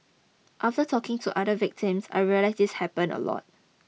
after talking to other victims I realised this happens a lot